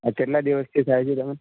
આ કેટલા દિવસથી થાય છે તમને